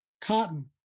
cotton